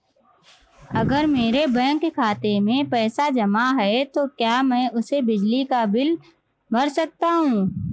अगर मेरे बैंक खाते में पैसे जमा है तो क्या मैं उसे बिजली का बिल भर सकता हूं?